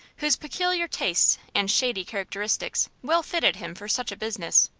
whose peculiar tastes and shady characteristics well fitted him for such a business.